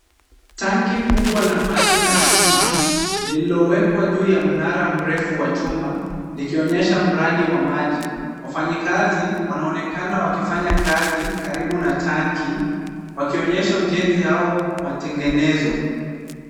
Tanki kubwa la maji la chuma lililowekwa juu ya mnara mrefu wa chuma likionyesha mradi wa maji. Wafanyikazi wanaonekana wakifanya kazi karibu na tanki wakionyesha ujenzi au matengenezo